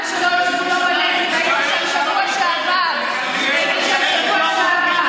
זה כבר לא שם, זה כבר עבר,